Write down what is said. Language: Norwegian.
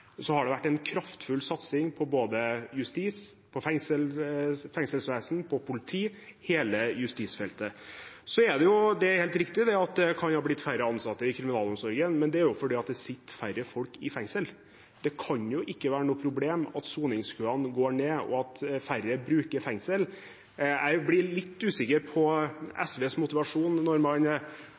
har det vært en kraftfull satsing på både justis, fengselsvesen og politi – hele justisfeltet. Det er helt riktig at det kan ha blitt færre ansatte i kriminalomsorgen, men det er fordi det sitter færre folk i fengsel. Det kan jo ikke være noe problem at soningskøene går ned, og at det er færre i fengsel. Jeg blir litt usikker på SVs motivasjon når man